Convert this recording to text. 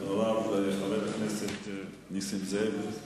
חבר הכנסת נסים זאב,